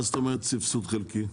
מה זאת אומרת סבסוד חלקי?